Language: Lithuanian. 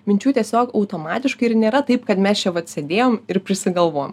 minčių tiesiog automatiškai ir nėra taip kad mes čia vat sėdėjom ir prisigalvojom